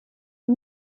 und